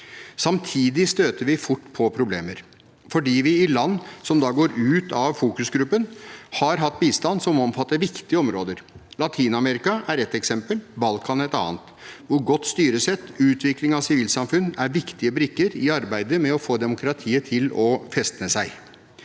Samtidig støter vi fort på problemer fordi vi i land som da går ut av fokusgruppen, har hatt bistand som omfatter viktige områder – Latin-Amerika er et eksempel, Balkan et annet – og godt styresett og utvikling av sivilsamfunn er viktige brikker i arbeidet med å få demokratiet til å festne seg.